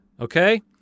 Okay